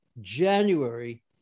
January